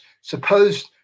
Suppose